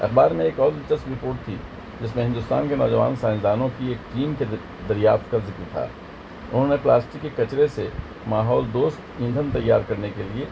اخبار میں ایک اور دلچسپ رپورٹ تھی جس میں ہندوستان کے نوجوان سائسدانوں کی ایک ٹیم دریافت کا ذکر تھا انہوں نے پلاسٹک کے کچرے سے ماحول دوست ایندھن تیار کرنے کے لیے